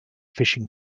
fishing